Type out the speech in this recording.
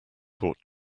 court